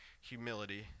humility